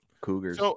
cougars